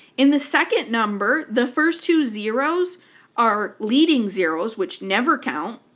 in the second number the first two zeroes are leading zeroes, which never count.